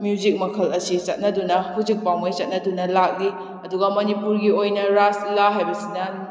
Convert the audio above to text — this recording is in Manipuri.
ꯃ꯭ꯌꯨꯖꯤꯛ ꯃꯈꯜ ꯑꯁꯤ ꯆꯠꯅꯗꯨꯅ ꯍꯧꯖꯤꯛ ꯐꯥꯎꯃꯩ ꯆꯠꯅꯗꯨꯅ ꯂꯥꯛꯂꯤ ꯑꯗꯨꯒ ꯃꯅꯤꯄꯨꯔꯒꯤ ꯑꯣꯏꯅ ꯔꯥꯁ ꯂꯤꯂꯥ ꯍꯥꯏꯕꯁꯤꯅ